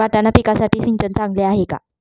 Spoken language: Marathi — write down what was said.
वाटाणा पिकासाठी सिंचन चांगले आहे का?